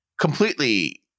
completely